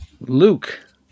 Luke